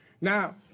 Now